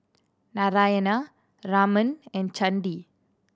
Narayana Raman and Chandi